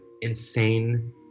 insane